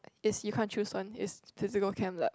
it's you can't choose one it's physical chem lab